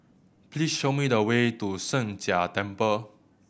please show me the way to Sheng Jia Temple